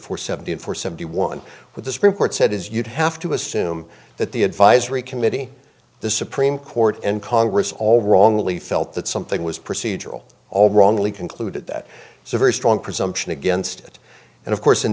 for seventy four seventy one with the supreme court said is you'd have to assume that the advisory committee the supreme court and congress all wrongly felt that something was procedural all wrongly concluded that it's a very strong presumption against it and of course in